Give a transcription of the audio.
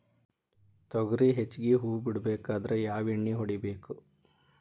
ತೊಗರಿ ಹೆಚ್ಚಿಗಿ ಹೂವ ಬಿಡಬೇಕಾದ್ರ ಯಾವ ಎಣ್ಣಿ ಹೊಡಿಬೇಕು?